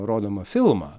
rodomą filmą